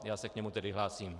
Já se k němu tedy hlásím.